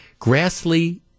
grassley